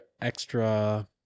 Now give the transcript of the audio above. extra